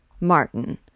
Martin